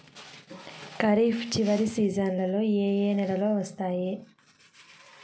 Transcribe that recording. ఖరీఫ్ చివరి సీజన్లలో ఏ ఏ నెలలు వస్తాయి